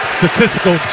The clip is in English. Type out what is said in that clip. statistical